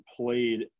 played